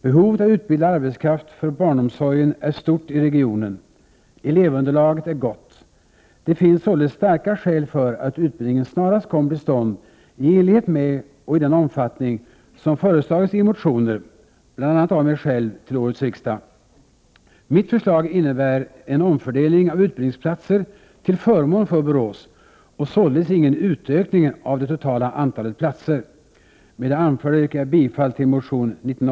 Behovet av utbildad arbetskraft för barnomsorgen är stort i regionen. Elevunderlaget är gott. Det finns således starka skäl för att utbildningen snarast kommer till stånd i enlighet med och i den omfattning som föreslagits i motioner — bl.a. av mig själv — till årets riksdag. Mitt förslag innebär en omfördelning av utbildningsplatser till förmån för Borås och således ingen utökning av det totala antalet platser.